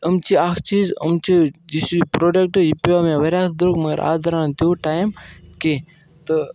یِم چھِ اَکھ چیٖز یِم چھِ یُس یہِ پرٛوڈَکٹہٕ یہِ پیٚو مےٚ واریاہ درٛوگ مگر اَتھ درٛاو نہٕ تیوٗت ٹایم کیٚنٛہہ تہٕ